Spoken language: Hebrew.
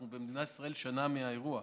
אנחנו במדינת ישראל שנה מהאירוע,